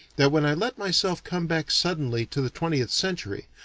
that when i let myself come back suddenly to the twentieth century,